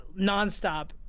nonstop